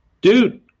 Dude